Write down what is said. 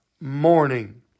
morning